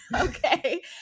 Okay